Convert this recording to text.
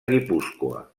guipúscoa